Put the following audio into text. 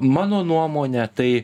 mano nuomone tai